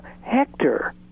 Hector